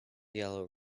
yellow